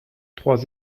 trois